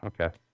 okay